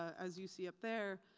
as you see up there,